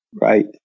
right